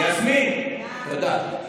יסמין, תודה.